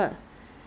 痒还是痛